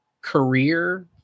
career